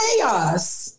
Chaos